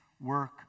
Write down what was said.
work